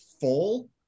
full